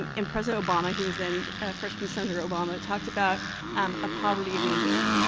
and and president obama he was then freshmen senator obama talked about um a poverty of ambition.